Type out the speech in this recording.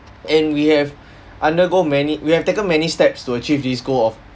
and we have undergo many we have taken many steps to achieve this goal of